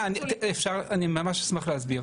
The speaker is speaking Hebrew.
אני ממש אשמח להסביר.